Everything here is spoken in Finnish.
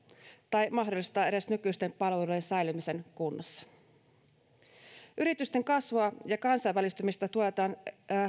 tai mahdollistaa edes nykyisten palveluiden säilymisen kunnassa yritysten kasvua ja kansainvälistymistä tuetaan